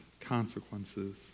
consequences